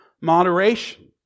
moderation